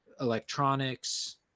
electronics